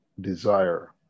desire